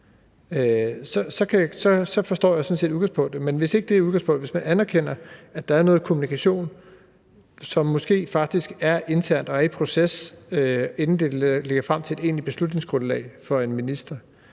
– forstår jeg sådan set udgangspunktet. Men hvis ikke det er udgangspunktet, og hvis man anerkender, at der er noget kommunikation, som måske faktisk er internt og er i proces, inden det lægger op til et egentligt beslutningsgrundlag for en minister,